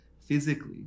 physically